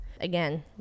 Again